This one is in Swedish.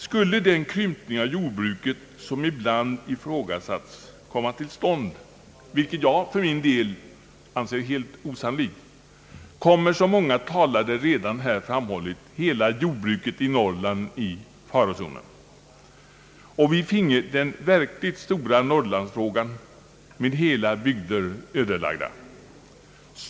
Skulle den krympning av jordbruket komma till stånd, som ibland har ifrågasatts, något som jag för min del anser helt osannolikt, kommer hela det norrländska jordbruket i farozonen, såsom många talare redan framhållit. Vi finge då den verkligt stora norrlandsfrågan, med hela bygder ödelagda.